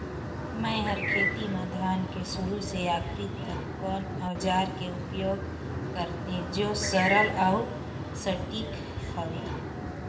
मै हर खेती म धान के शुरू से आखिरी तक कोन औजार के उपयोग करते जो सरल अउ सटीक हवे?